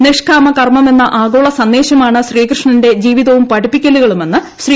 നിഷ്കാമ കർമ്മമെന്ന ആഗോള സന്ദേശമാണ് ശ്രീകൃഷ്ണന്റെ ജീവിതവും പഠിപ്പിക്കലുകളുമെന്ന് ശ്രീ